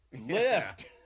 lift